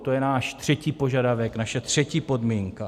To je náš třetí požadavek, naše třetí podmínka.